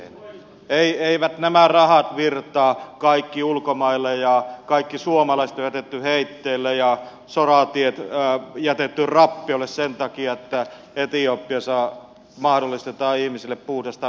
eivät nämä rahat virtaa kaikki ulkomaille eikä kaikkia suomalaisia ole jätetty heitteille ja sorateitä jätetty rappiolle sen takia että etiopiassa mahdollistetaan ihmisille puhdas vesi